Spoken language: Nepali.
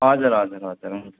हजुर हजुर हजुर हुन्छ